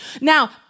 now